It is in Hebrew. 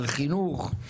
על חינוך.